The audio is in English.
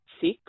six